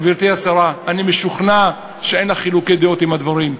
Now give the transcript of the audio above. גברתי השרה, אני משוכנע שאינך חולקת על הדברים.